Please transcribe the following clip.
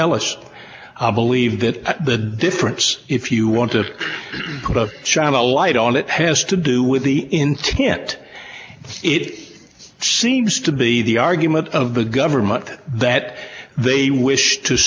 mr ellis believed that the difference if you want to put a china light on it has to do with the intent it seems to be the argument of the government that they wish to